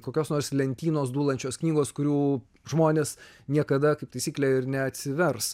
kokios nors lentynos dūlančios knygos kurių žmonės niekada kaip taisyklė ir neatsivers